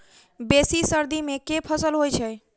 बेसी सर्दी मे केँ फसल होइ छै?